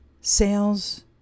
sales